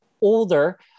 older